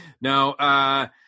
No